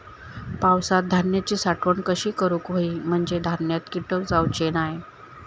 पावसात धान्यांची साठवण कशी करूक होई म्हंजे धान्यात कीटक जाउचे नाय?